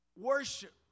worship